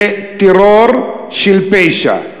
זה טרור של פשע.